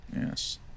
Yes